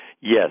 yes